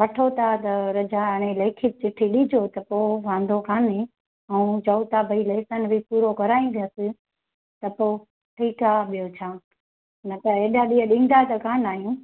वठो था त रज़ा हाणे लेखित चिठी ॾिजो त पोइ वांदो कोन्हे ऐं चओ था भई लेसन बि पूरो कराईंदसीं त पोइ ठीकु आहे ॿियो छा न त एॾा ॾींहं ॾींदा त कोन्ह आहियूं